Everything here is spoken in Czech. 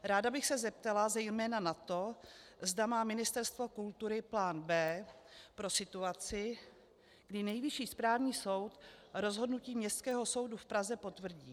Ráda bych se zeptala zejména na to, zda má Ministerstvo kultury plán B pro situaci, kdy Nejvyšší správní soud rozhodnutí Městského soudu v Praze potvrdí.